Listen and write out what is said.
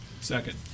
Second